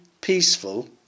peaceful